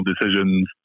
decisions